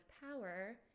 power